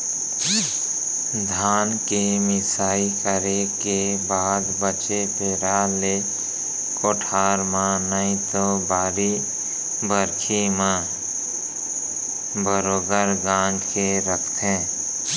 धान के मिंसाई करे के बाद बचे पैरा ले कोठार म नइतो बाड़ी बखरी म बरोगर गांज के रखथें